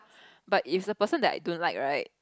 but if is a person I don't like right